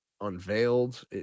unveiled